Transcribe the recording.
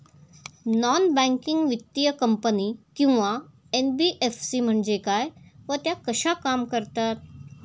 Non banking वित्तीय company किंवा NBFC म्हणजे काय व त्या कशा काम करतात?